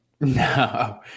No